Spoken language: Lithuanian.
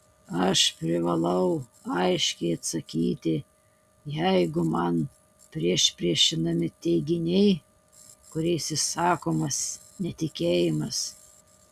aš privalau aiškiai atsakyti jeigu man priešpriešinami teiginiai kuriais išsakomas netikėjimas